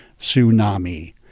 tsunami